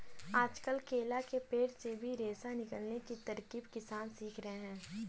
आजकल केला के पेड़ से भी रेशा निकालने की तरकीब किसान सीख रहे हैं